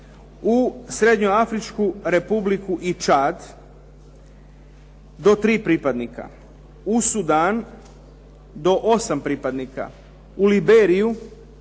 U Srednjeafričku Republiku i Čad do 3 pripadnika u Sudan do 8 pripadnika, u Liberiju